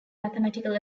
mathematical